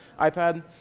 iPad